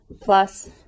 plus